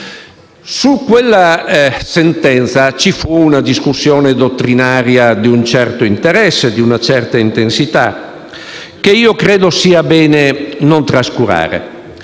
Su quella sentenza vi fu una discussione dottrinaria di un certo interesse e intensità che io credo sia bene non trascurare.